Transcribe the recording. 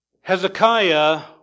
Hezekiah